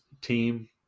team